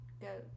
go